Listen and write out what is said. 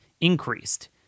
increased